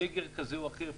סגר כזה או אחר.